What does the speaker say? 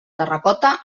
terracota